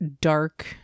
dark